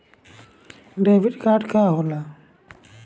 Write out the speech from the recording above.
Debit card का होला?